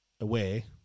away